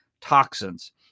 toxins